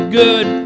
good